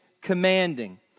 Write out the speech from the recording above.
commanding